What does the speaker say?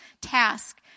task